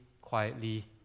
quietly